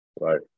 right